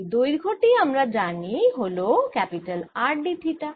এই দৈর্ঘ্য টি আমরা জানি হল R d থিটা